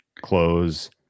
Close